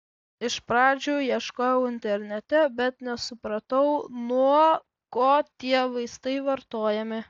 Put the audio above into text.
iš pradžių ieškojau internete bet nesupratau nuo ko tie vaistai vartojami